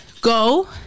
go